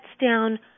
down